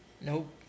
Nope